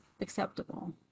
acceptable